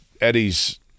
Eddie's